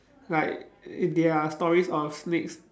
like there are stories of snakes